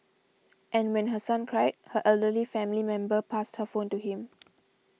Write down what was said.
and when her son cried her elderly family member passed her phone to him